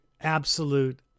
absolute